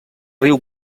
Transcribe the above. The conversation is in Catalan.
riu